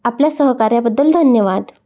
आपल्या सहकार्याबद्दल धन्यवाद